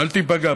אל תיפגע,